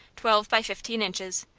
twelve by fifteen inches,